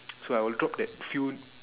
so I will drop that few